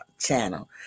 channel